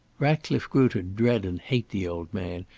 ratcliffe grew to dread and hate the old man,